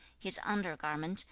his under-garment,